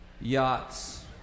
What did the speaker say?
yachts